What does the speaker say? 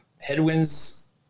headwinds